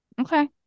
Okay